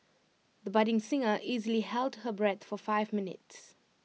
the budding singer easily held her breath for five minutes